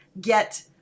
get